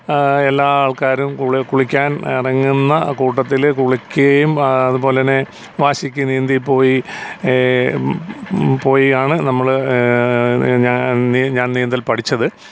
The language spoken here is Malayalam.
എല്ലാ ആൾക്കാരും കുളിക്കാൻ ഇറങ്ങുന്ന കൂട്ടത്തില് കുളിക്കുകയും ആ അതുപോലേന്നേ വാശിക്കു നീന്തിപ്പോയി പോയി ആണ് നമ്മള് ഞാൻ ഞാൻ നീന്തൽ പഠിച്ചത്